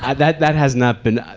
and that that has not been,